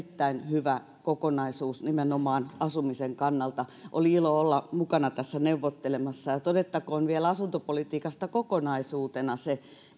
hyvä kokonaisuus nimenomaan asumisen kannalta oli ilo olla mukana tässä neuvottelemassa ja todettakoon vielä asuntopolitiikasta kokonaisuutena se